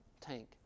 tank